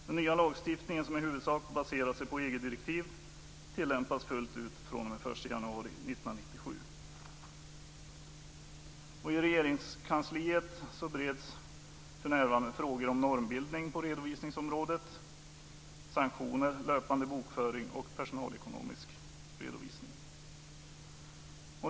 Den nya lagstiftningen, som i huvudsak baseras på I Regeringskansliet bereds för närvarande frågor om normbildning på redovisningsområdet, sanktioner, löpande bokföring och personalekonomisk redovisning.